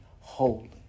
holy